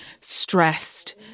stressed